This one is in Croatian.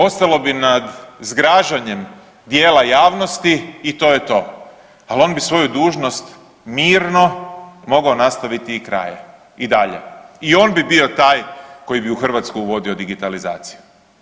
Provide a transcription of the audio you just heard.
Ostalo bi nad zgražanjem dijela javnosti i to je to, al on bi svoju dužnost mirno mogao nastaviti i dalje i on bi bio taj koji bi u Hrvatsku uvodio digitalizaciju.